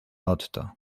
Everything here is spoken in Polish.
otto